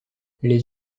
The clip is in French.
les